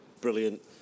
brilliant